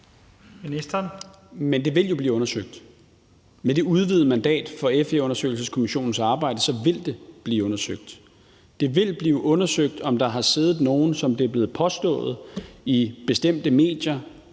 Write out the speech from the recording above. (Peter Hummelgaard): Med det udvidede mandat for FE-undersøgelseskommissionens arbejde vil det jo blive undersøgt. Det vil blive undersøgt, som det er blevet påstået i bestemte medier